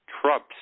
Trump